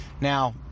Now